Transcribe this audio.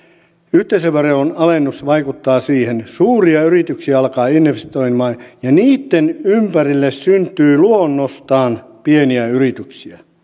yhteisöveron alennus vaikuttaa siihen suuria yrityksiä alkaa investoimaan ja niitten ympärille syntyy luonnostaan pieniä yrityksiä